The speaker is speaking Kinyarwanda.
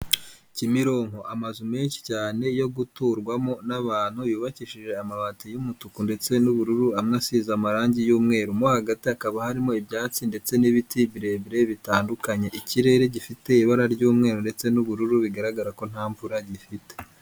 Kimironko amazu menshi cyane yo guturwamo n'abantu yubakishije amabati y'umutuku ndetse n'ubururu, amwe asize amarangi y'umweru, mo hagati hakaba harimo ibyatsi ndetse n'ibiti birebire bitandukanye, ikirere gifite ibara ry'umweru ndetse n'ubururu bigaragara ko nta mvura gifite.